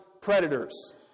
predators